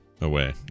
away